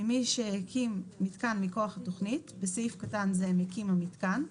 ממי שהקים מיתקן מכוח התוכנית (בסעיף קטן זה מקים המיתקן),